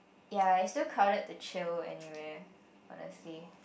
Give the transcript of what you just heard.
ya it's too crowded to chill anywhere honestly